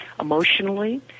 emotionally